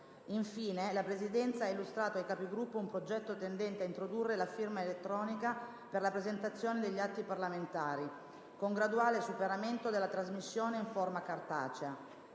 Infine, la Presidenza ha illustrato ai Capigruppo un progetto tendente a introdurre la firma elettronica per la presentazione degli atti parlamentari, con graduale superamento della trasmissione in forma cartacea.